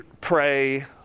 pray